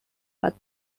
but